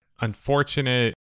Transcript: unfortunate